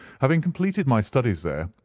having completed my studies there,